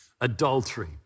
adultery